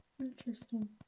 Interesting